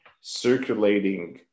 circulating